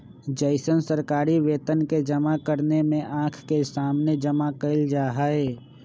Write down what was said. जैसन सरकारी वेतन के जमा करने में आँख के सामने जमा कइल जाहई